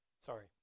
Sorry